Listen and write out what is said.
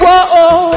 Whoa